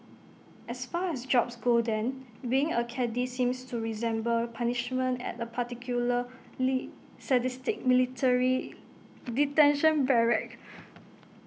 as far as jobs go then being A caddie seems to resemble punishment at A particularly sadistic military detention barrack